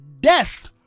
Death